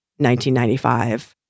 1995